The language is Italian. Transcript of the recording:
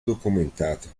documentato